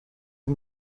این